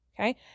Okay